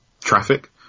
traffic